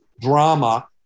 drama